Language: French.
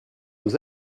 aux